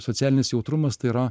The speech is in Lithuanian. socialinis jautrumas tai yra